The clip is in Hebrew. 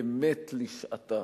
אמת לשעתה.